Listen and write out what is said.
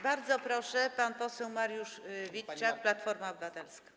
Bardzo proszę, pan poseł Mariusz Witczak, Platforma Obywatelska.